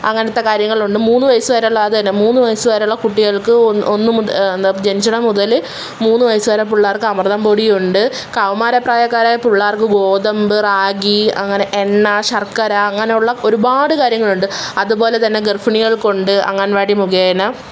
അങ്ങനത്തെ കാര്യങ്ങളുണ്ട് മൂന്ന് വയസ്സ് വരെയുള്ള അത് തന്നെ മൂന്ന് വയസ്സ് വരെയുള്ള കുട്ടികൾക്ക് ജനിച്ചോടം മുതല് മൂന്ന് വയസ്സ് വരെ പിള്ളേർക്ക് അമൃതം പൊടിയുണ്ട് കൗമാര പ്രായക്കാരായ പിള്ളേർക്ക് ഗോതമ്പ് റാഗി അങ്ങനെ എണ്ണ ശർക്കര അങ്ങനെയുള്ള ഒരുപാട് കാര്യങ്ങളുണ്ട് അതുപോലെ തന്നെ ഗർഭിണികൾക്കുണ്ട് അംഗൻവാടി മുഖേന